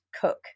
cook